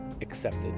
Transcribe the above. accepted